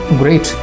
great